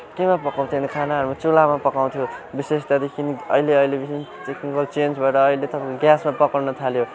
केमा पकाउँथ्यो भने खानाहरू चुल्हामा पकाउँथ्यो विशेष त्यहाँदेखि अहिले अहिले टेक्निकल चेन्ज भएर अहिले तपाईँको ग्यासमा पकाउनु थाल्यो